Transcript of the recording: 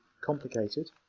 complicated